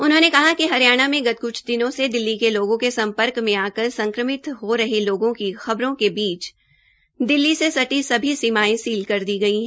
उन्होंने कि कि हरियाणा में गत दिनों से दिल्ली के लोगों के सम्पर्क में आकर संक्रमित हो रहे लोगों की खबरों के बीच से सटी सभी सीमायें सील कर दी गई है